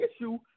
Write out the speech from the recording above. issue